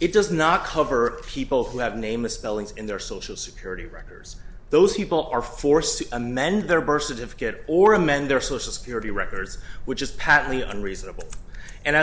it does not cover people who have name misspellings in their social security wreckers those people are forced to amend their birth certificate or amend their social security records which is patently unreasonable and